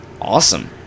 Awesome